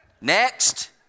Next